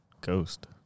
ghost